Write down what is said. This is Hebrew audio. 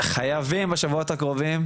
חייבים בשבועות הקרובים,